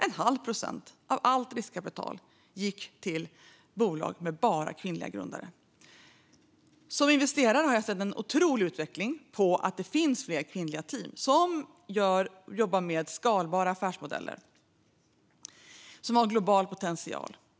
En halv procent av allt riskkapital gick till bolag med bara kvinnliga grundare. I mitt arbete som investerare har jag sett en otrolig utveckling med fler kvinnliga team som jobbar med skalbara affärsmodeller och har global potential.